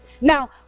Now